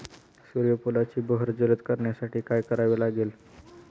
सूर्यफुलाची बहर जलद करण्यासाठी काय करावे लागेल?